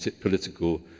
political